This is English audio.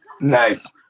Nice